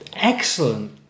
Excellent